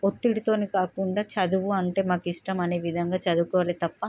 ఒత్తిడితోనే కాకుండా చదువు అంటే మాకు ఇష్టం అనే విధంగా చదువుకోవాలి తప్ప